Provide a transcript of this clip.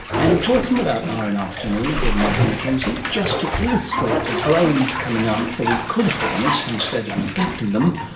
and talking about ah rn afternoons with michael mackenzie, just to illustrate the brains coming up that we could harness instead of neglecting them,